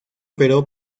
operó